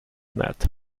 net